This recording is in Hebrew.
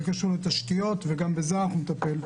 זה קשור לתשתיות, וגם בזה נטפל.